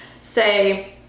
say